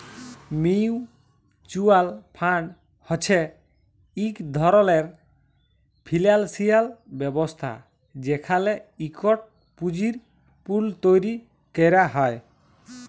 mutual fund হছে ইক ধরলের ফিল্যালসিয়াল ব্যবস্থা যেখালে ইকট পুঁজির পুল তৈরি ক্যরা হ্যয়